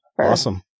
Awesome